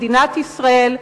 במדינת ישראל,